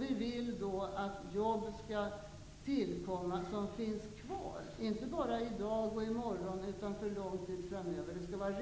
Vi vill att jobb skall tillkomma och finnas kvar, inte bara för dagen och för morgondagen, utan för lång tid framöver. Jobben skall vara